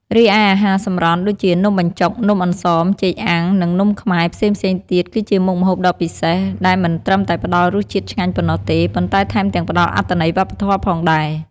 រីឯអាហារសម្រន់ ដូចជានំបញ្ចុក នំអន្សម ចេកអាំង និងនំខ្មែរ ផ្សេងៗទៀត គឺជាមុខម្ហូបដ៏ពិសេស ដែលមិនត្រឹមតែផ្តល់រសជាតិឆ្ងាញ់ប៉ុណ្ណោះទេ ប៉ុន្តែថែមទាំងផ្ដល់អត្ថន័យវប្បធម៌ផងដែរ។